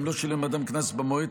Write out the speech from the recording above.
אם לא שילם אדם קנס במועד,